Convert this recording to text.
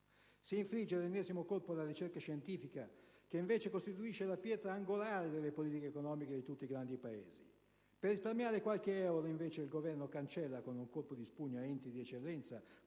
Si infligge l'ennesimo colpo alla ricerca scientifica, che invece costituisce la pietra angolare delle politiche economiche di tutti i grandi Paesi. Per risparmiare qualche euro, il Governo cancella con un colpo di spugna enti di eccellenza,